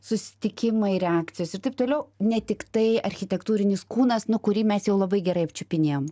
susitikimai reakcijos ir taip toliau ne tiktai architektūrinis kūnas nu kurį mes jau labai gerai apčiupinėjom